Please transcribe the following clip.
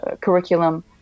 curriculum